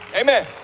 Amen